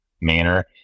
manner